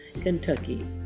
Kentucky